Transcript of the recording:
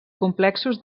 complexos